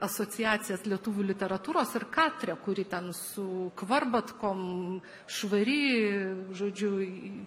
asociacijas lietuvių literatūros ir katrę kuri ten su kvarbatkom švari žodžiu